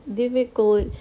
difficult